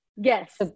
Yes